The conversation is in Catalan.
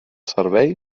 servei